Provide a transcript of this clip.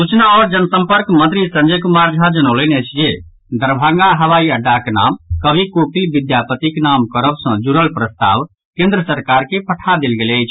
सूचना आओर जनसम्पर्क मंत्री संजय कुमार झा जनौलनि अछि जे दरभंगा हवाई अड्डाक नाम कवि कोकिल विद्यापतिक नाम करब सँ जुड़ल प्रस्ताव केन्द्र सरकार के पठा देल गेल अछि